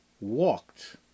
walked